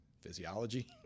physiology